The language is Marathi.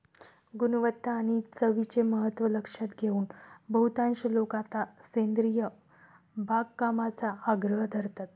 गुणवत्ता आणि चवीचे महत्त्व लक्षात घेऊन बहुतांश लोक आता सेंद्रिय बागकामाचा आग्रह धरतात